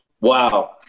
Wow